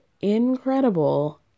incredible